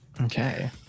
Okay